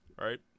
right